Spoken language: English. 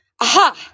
Aha